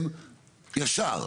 ישר.